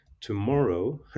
tomorrow